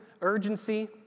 urgency